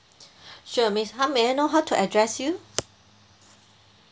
sure miss how may I know how to address you